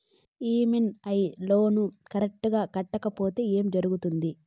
EMI loan correct గా కట్టకపోతే ఏం జరుగుతుంది